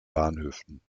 bahnhöfen